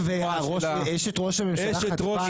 אשת ראש הממשלה חטפה אלימות?